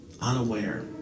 unaware